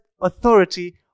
authority